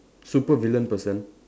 super villain person